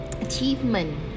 achievement